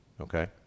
Okay